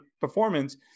performance